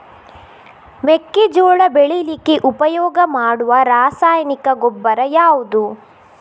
ಮೆಕ್ಕೆಜೋಳ ಬೆಳೀಲಿಕ್ಕೆ ಉಪಯೋಗ ಮಾಡುವ ರಾಸಾಯನಿಕ ಗೊಬ್ಬರ ಯಾವುದು?